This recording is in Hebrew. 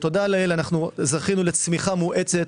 ותודה לאל זכינו לצמיחה מואצת